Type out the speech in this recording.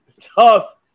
tough